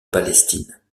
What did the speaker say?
palestine